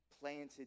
planted